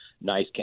nice